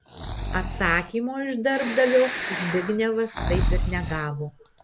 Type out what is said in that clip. atsakymo iš darbdavio zbignevas taip ir negavo